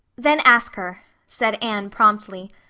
then ask her, said anne promptly.